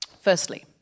Firstly